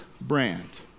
brand